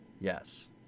Yes